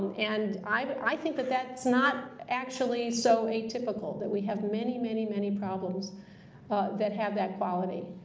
and i think that that's not actually so atypical that we have many, many, many problems that have that quality.